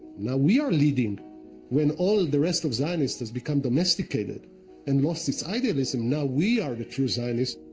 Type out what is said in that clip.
now we are leading when all the rest of zionists has become domesticated and lost its idolism. now we are the true zionists.